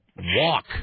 walk